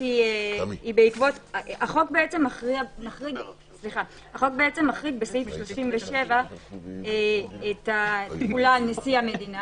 החוק מחריג בסעיף 37 את נשיא המדינה